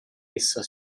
essa